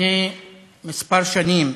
לפני כמה שנים